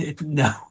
no